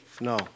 No